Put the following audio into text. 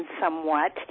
somewhat